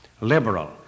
Liberal